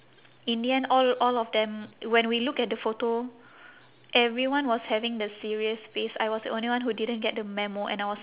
in the end all all of them when we look at the photo everyone was having the serious face I was the only one who didn't get the memo and I was